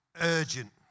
urgent